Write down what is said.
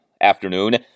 afternoon